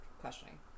questioning